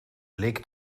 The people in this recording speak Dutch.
blik